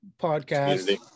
podcast